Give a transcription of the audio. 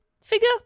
figure